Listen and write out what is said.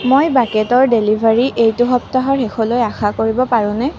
মই বাকেটৰ ডেলিভাৰী এইটো সপ্তাহৰ শেষলৈ আশা কৰিব পাৰোঁনে